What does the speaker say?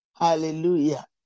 Hallelujah